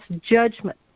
judgment